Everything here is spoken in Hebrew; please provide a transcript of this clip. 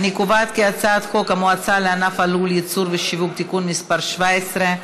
אני קובעת כי הצעת חוק המועצה לענף הלול (ייצור ושיווק) (תיקון מס' 17),